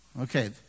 Okay